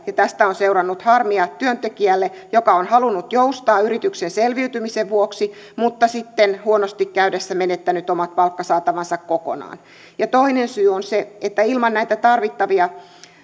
ja tästä on seurannut harmia työntekijälle joka on halunnut joustaa yrityksen selviytymisen vuoksi mutta sitten huonosti käydessä menettänyt omat palkkasaatavansa kokonaan toinen syy on se että ilman näitä tarvittavia